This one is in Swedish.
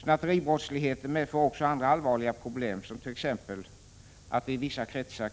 Snatteribrottsligheten medför också andra allvarliga problem, t.ex. att det i vissa kretsar